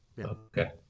Okay